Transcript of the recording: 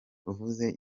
uvuze